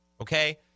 okay